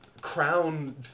crown